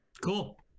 cool